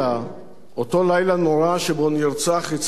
אותו לילה נורא שבו נרצח יצחק רבין,